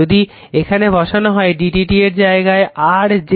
যদি এখানে বসানো হয় d dt এর যায়গায় r j